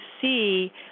see –